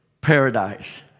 paradise